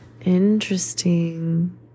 Interesting